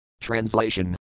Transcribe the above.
Translation